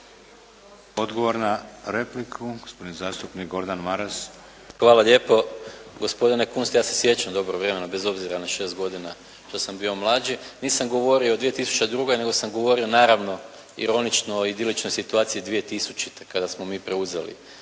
Odgovor na repliku, gospodin zastupnik Gordan Maras. **Maras, Gordan (SDP)** Hvala lijepo. Gospodine Kunst, ja se sjećam dobro vremena, bez obzira na 6 godina što sam bio mlađi. Nisam govorio o 2002. nego sam govorio naravno ironično o idiličnoj situaciji 2000. kada smo mi preuzeli